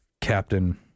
Captain